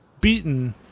beaten